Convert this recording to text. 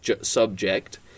subject